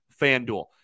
FanDuel